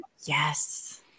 Yes